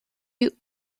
you